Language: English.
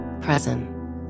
present